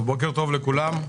בוקר טוב לכולם,